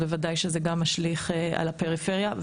בוודאי שזה גם משליך על הפריפריה,